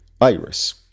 Iris